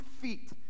feet